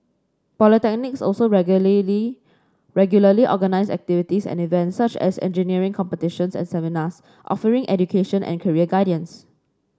polytechnics also regularly organise activities and events such as engineering competitions and seminars offering education and career guidance